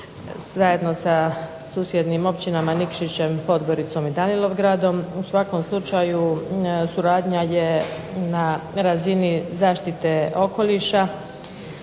zajedno sa susjednim općinama Nikšićem, Podgoricom i Danilovgradom. U svakom slučaju suradnja je na razini zaštite okoliša,